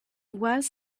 was